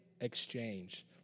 exchange